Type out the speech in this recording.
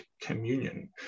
communion